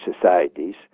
societies